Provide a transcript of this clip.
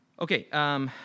Okay